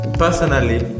personally